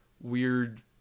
weird